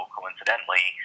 coincidentally